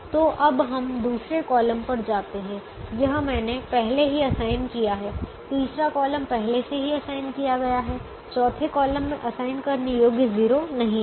तो अब हम दूसरे कॉलम पर जाते हैं यह मैंने पहले ही असाइन किया है तीसरा कॉलम पहले से ही असाइन किया गया है चौथे कॉलम में असाइन करने योग्य 0 नहीं है